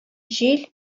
җил